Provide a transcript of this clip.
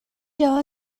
яваа